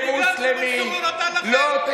מוסלמים ונוצרים.